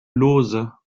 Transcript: lauzes